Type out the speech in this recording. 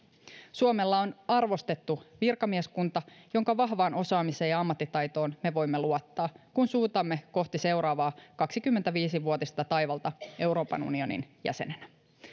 suomella on arvostettu virkamieskunta jonka vahvaan osaamiseen ja ammattitaitoon me voimme luottaa kun suuntaamme kohti seuraavaa kaksikymmentäviisi vuotista taivalta euroopan unionin jäsenenä